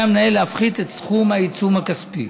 המנהל להפחית את סכום העיצום הכספי.